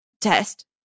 test